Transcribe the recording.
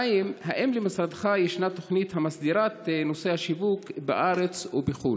2. האם למשרדך ישנה תוכנית המסדירה את נושא השיווק בארץ ובחו"ל?